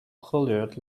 hollered